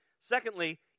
Secondly